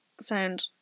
sound